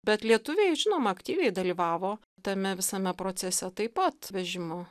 bet lietuviai žinoma aktyviai dalyvavo tame visame procese taip pat vežimo